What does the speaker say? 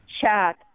chat